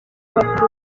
abatutsi